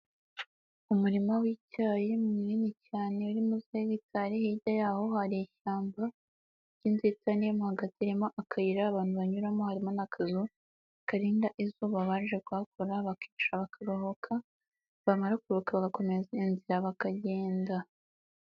Umurima w'icyayi munini cyane urimo musi y'igitari hirya y'aho hari ishyamba ry'inzititane, mo hagati irimo akayira abantu banyuramo harimo n'akazu karinda izuba abaje kuhakora bakicara bakaruhuka, bamara kuruhuka bagakomeza inzira bakagenda.